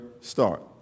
start